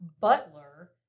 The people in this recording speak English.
butler